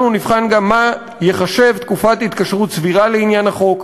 אנחנו נבחן גם מה ייחשב תקופת התקשרות סבירה לעניין החוק,